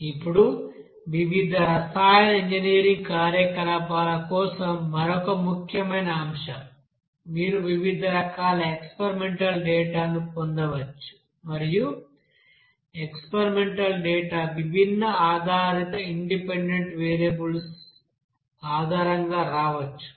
ఇప్పుడు వివిధ రసాయన ఇంజనీరింగ్ కార్యకలాపాల కోసం మరొక ముఖ్యమైన అంశం మీరు వివిధ రకాల ఎక్స్పెరిమెంటల్ డేటా ను పొందవచ్చు మరియు ఎక్స్పెరిమెంటల్ డేటా విభిన్న ఆధారిత ఇండిపెండెంట్ వేరియబుల్స్ ఆధారంగా రావచ్చు